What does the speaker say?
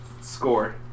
score